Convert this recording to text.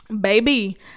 baby